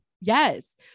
Yes